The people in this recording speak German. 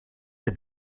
der